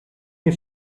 his